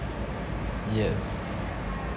yes